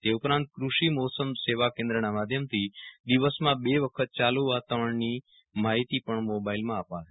તે ઉપરાંત કૃષિ મોસમ સેવા કેન્દ્રના માધયમ થી દિવસમાં બે વખત ચાલુ વાતાવરણની માહિતી પણ મોબાઈલમાં અપાશે